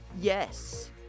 yes